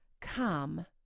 come